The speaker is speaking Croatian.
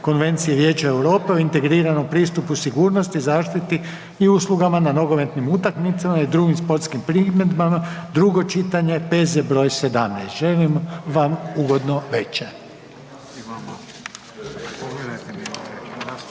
Konvencije Vijeća Europe o integriranom pristupu sigurnosti, zaštiti i uslugama na nogometnim utakmicama i drugim sportskim priredbama, drugo čitanje, P.Z. br. 17. Želim vam ugodnu večer.